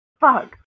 Fuck